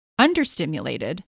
understimulated